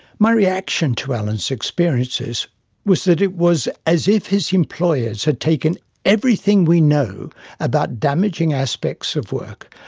my reaction to alan's experiences was that it was as if his employers had taken everything we know about damaging aspects of work,